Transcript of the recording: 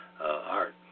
art